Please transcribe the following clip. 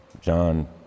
John